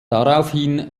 daraufhin